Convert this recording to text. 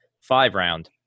five-round